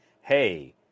hey